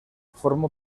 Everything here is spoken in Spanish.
formó